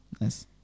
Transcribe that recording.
Yes